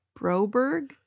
Broberg